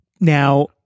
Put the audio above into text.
now